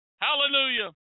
Hallelujah